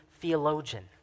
theologian